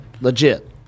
Legit